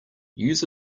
use